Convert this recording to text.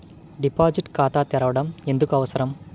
Deposit ఖాతా తెరవడం ఎందుకు అవసరం?